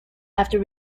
after